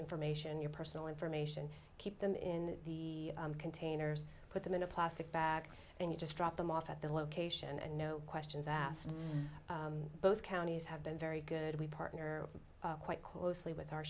information your personal information keep them in the containers put them in a plastic bag and you just drop them off at the location and no questions asked both counties have been very good we partner quite closely with our